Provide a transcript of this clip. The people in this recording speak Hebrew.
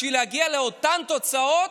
בשביל להגיע לאותן תוצאות,